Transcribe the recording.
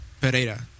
Pereira